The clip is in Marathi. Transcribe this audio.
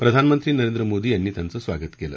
प्रधानमंत्री नरेंद्र मोदी यांनी त्यांचं स्वागत केलं